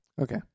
Okay